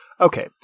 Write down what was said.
Okay